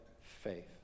faith